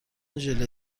ژله